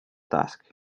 task